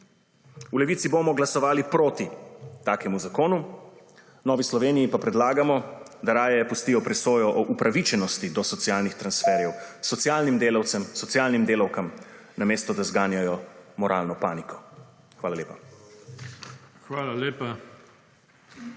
V Levici bomo glasovali proti takemu zakonu. Novi Sloveniji pa predlagamo, da raje pustijo presojo o upravičenosti do socialnih transferjev socialnim delavcem, socialnim delavkam, namesto da zganjajo moralno paniko. Hvala lepa.